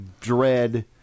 dread